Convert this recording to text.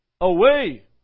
away